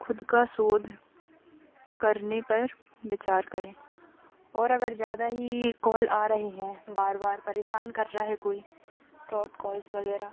खुद का शोध करने पर विचार करें और अगर ज्यादा ही कॉल आ रहे हैं बार बार परेशान कर रहा है कोई ड्राप कॉल्स वगैरह